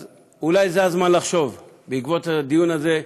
אז אולי זה הזמן לחשוב, בעקבות הדיון הזה,